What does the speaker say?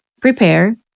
prepare